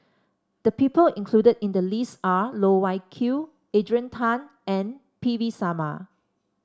the people included in the list are Loh Wai Kiew Adrian Tan and P V Sharma